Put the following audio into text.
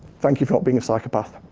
thank you for not being a psychopath.